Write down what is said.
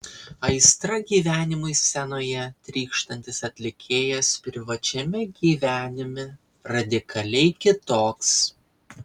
aistra gyvenimui scenoje trykštantis atlikėjas privačiame gyvenime radikaliai kitoks